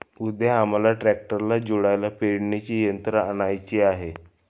उद्या आम्हाला ट्रॅक्टरला जोडायला पेरणी यंत्र आणायचे आहे